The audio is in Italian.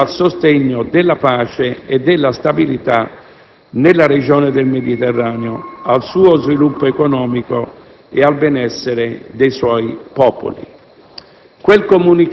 e contribuire al sostegno della pace e della stabilità nella regione del Mediterraneo, al suo sviluppo economico e al benessere dei suoi popoli.